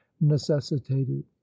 necessitated